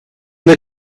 the